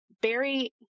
Barry